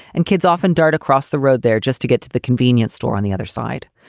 and kids often dart across the road there just to get to the convenient store on the other side.